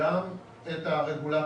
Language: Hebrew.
גם את הרגולטורים,